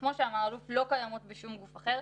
כמו שאמר האלוף אלמוז, לא קיימות בשום גוף אחר.